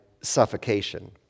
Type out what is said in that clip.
suffocation